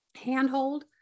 handhold